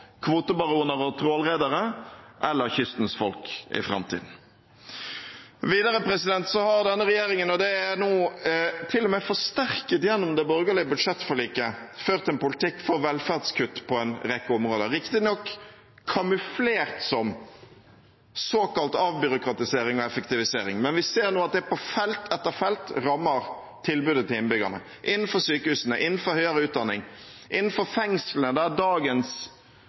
kvotebaroner og trålredere, eller kystens folk. Videre har denne regjeringen – og det er nå til og med forsterket gjennom det borgerlige budsjettforliket – ført en politikk for velferdskutt på en rekke områder, riktignok kamuflert som såkalt avbyråkratisering og effektivisering. Men vi ser nå at det på felt etter felt rammer tilbudet til innbyggerne, innenfor sykehusene, innenfor høyere utdanning – og innenfor fengslene, der dagens